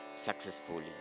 successfully